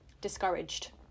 discouraged